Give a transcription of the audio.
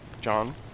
John